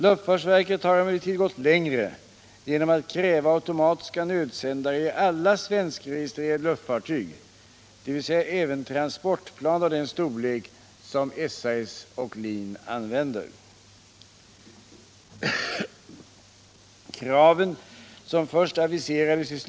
Luftfartsverket har emellertid gått längre genom att kräva automatiska nödsändare 1 alla svenskregistrerade luftfartyg, dvs. även transportplan av den storlek SAS och LIN använder.